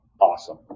Awesome